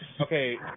okay